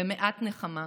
במעט נחמה.